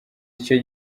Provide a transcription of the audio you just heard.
icyo